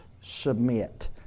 Submit